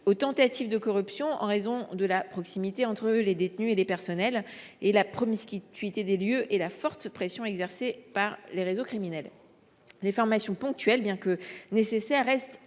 aux tentatives de corruption, en raison de la proximité entre les détenus et les personnels, de la promiscuité des lieux et de la forte pression exercée par les réseaux criminels. Les formations ponctuelles, même si elles sont nécessaires, restent